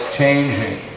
changing